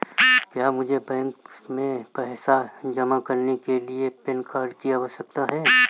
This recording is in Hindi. क्या मुझे बैंक में पैसा जमा करने के लिए पैन कार्ड की आवश्यकता है?